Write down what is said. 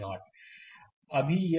slide समय देखें 0800 अभी यह